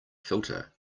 filter